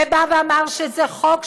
ובא ואמר שזה חוק,